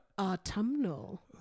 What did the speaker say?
Autumnal